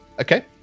Okay